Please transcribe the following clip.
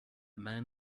man